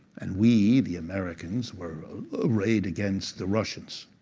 and we, the americans, were arrayed against the russians.